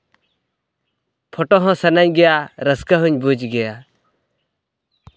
photo ᱦᱚᱸ ᱥᱟᱱᱟᱧ ᱜᱮᱭᱟ ᱨᱟᱹᱥᱠᱟᱹ ᱦᱚᱧ ᱵᱩᱡᱽ ᱜᱮᱭᱟ